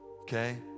okay